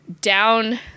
down